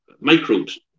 microbes